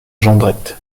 jondrette